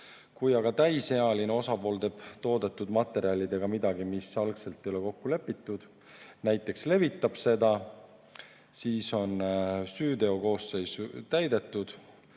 Kui aga täisealine osapool teeb toodetud materjalidega midagi, milles algul ei ole kokku lepitud, näiteks levitab neid, siis on süüteokoosseis täidetud